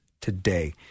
today